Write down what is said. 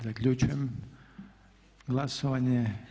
Zaključujem glasovanje.